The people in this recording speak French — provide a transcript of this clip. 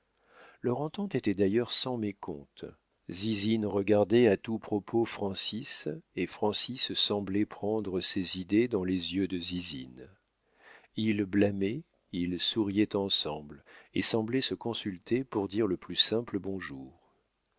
leur entente était d'ailleurs sans mécompte zizine regardait à tout propos francis et francis semblait prendre ses idées dans les yeux de zizine ils blâmaient ils souriaient ensemble et semblaient se consulter pour dire le plus simple bonjour